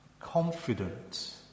confident